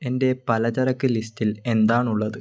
എന്റെ പലചരക്ക് ലിസ്റ്റിൽ എന്താണുള്ളത്